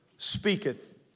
speaketh